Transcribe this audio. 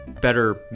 better